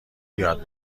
یاد